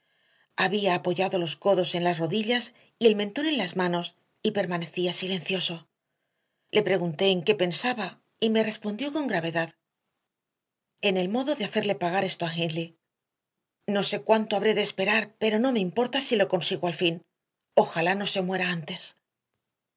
había apoyado los codos en las rodillas y el mentón en las manos y permanecía silencioso le pregunté en qué pensaba y me respondió con gravedad en el modo de hacerle pagar esto a hindley no sé cuánto habré de esperar pero no me importa si lo consigo al fin ojalá no se muera antes